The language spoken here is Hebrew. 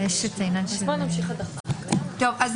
לנאשם.